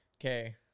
okay